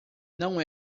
não